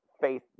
faith